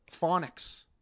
phonics